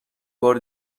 بار